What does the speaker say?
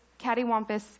cattywampus